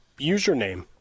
username